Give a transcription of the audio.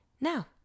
Now